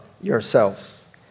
yourselves